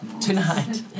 tonight